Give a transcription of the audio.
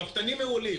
הרפתנים מעולים.